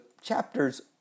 chapters